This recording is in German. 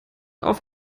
auf